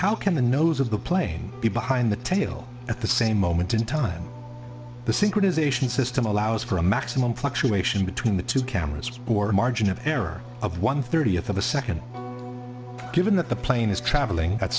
how can the nose of the plane be behind the tail at the same moment in time the synchronization system allows for a maximum fluctuation between the two cameras or a margin of error of one thirtieth of a second given that the plane is traveling at